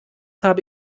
habe